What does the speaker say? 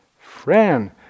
Friend